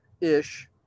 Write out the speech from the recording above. ish